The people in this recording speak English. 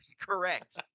Correct